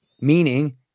meaning